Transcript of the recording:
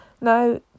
now